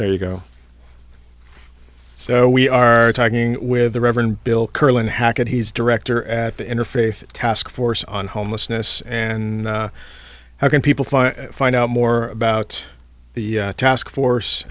there you go so we are talking with the reverend bill curlin hacket he's director at the interfaith task force on homelessness and how can people find find out more about the task force